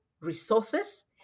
resources